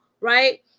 right